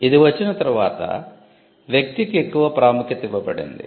ఇది వచ్చిన తర్వాత వ్యక్తికి ఎక్కువ ప్రాముఖ్యత ఇవ్వబడింది